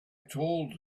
told